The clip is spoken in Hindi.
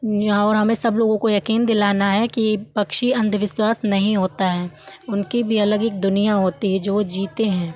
या और हमें सब लोगों को यकीन दिलाना है कि पक्षी अन्धविश्वास नहीं होते हैं उनकी भी अलग एक दुनिया होती है जो वह जीते हैं